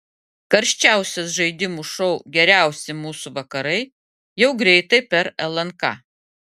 karščiausias žaidimų šou geriausi mūsų vakarai jau greitai per lnk